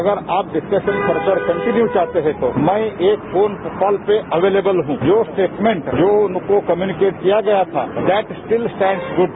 अगर आप discussion further continue चाहते हैं तो मैं एक फोन कॉल पर अवेलेबल हूं जो स्टेटमेंट जो मुझको कम्यूनीकेट किया गया था दैट स्टिल स्टैंड गुड